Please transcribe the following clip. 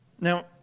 Now